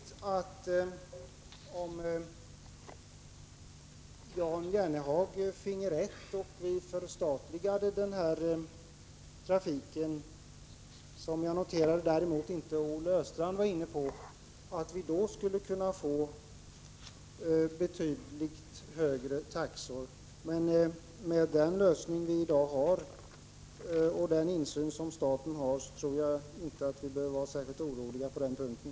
Fru talman! Om Jan Jennehag finge rätt och vi förstatligade den här trafiken — något som jag noterade att Olle Östrand däremot inte var inne på — är det möjligt att vi skulle kunna få betydligt högre taxor. Men med den nuvarande lösningen och med den insyn som staten har tror jag inte att vi behöver vara särskilt oroliga på den punkten.